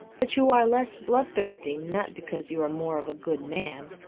but you are less bloodthirsty, not because you are more of a good man,